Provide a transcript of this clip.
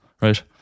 Right